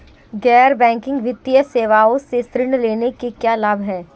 गैर बैंकिंग वित्तीय सेवाओं से ऋण लेने के क्या लाभ हैं?